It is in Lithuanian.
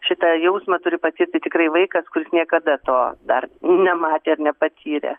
šitą jausmą turi patirti tikrai vaikas kuris niekada to dar nematė ir nepatyrė